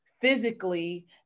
physically